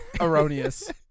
Erroneous